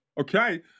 Okay